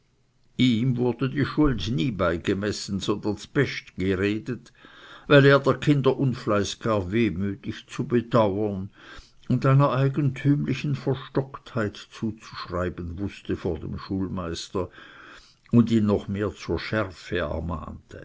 ihm wurde die schuld nie beigemessen sondern z'best geredet weil er der kinder unfleiß gar wehmütig zu bedauern und einer eigentümlichen verstocktheit zuzuschreiben wußte vor dem schulmeister und ihn noch mehr zur schärfe ermahnte